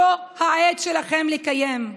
זו העת שלכם לקיים.